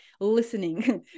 listening